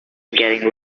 getting